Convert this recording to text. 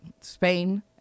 Spain